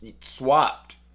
swapped